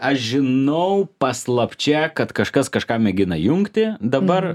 aš žinau paslapčia kad kažkas kažką mėgina jungti dabar